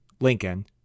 Lincoln